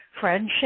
friendship